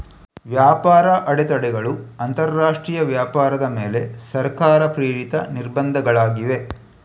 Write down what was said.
ವ್ಯಾಪಾರ ಅಡೆತಡೆಗಳು ಅಂತರಾಷ್ಟ್ರೀಯ ವ್ಯಾಪಾರದ ಮೇಲೆ ಸರ್ಕಾರ ಪ್ರೇರಿತ ನಿರ್ಬಂಧಗಳಾಗಿವೆ